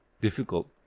difficult